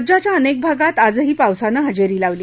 राज्याच्या अनेक भागात आजही पावसानं हजेरी लावली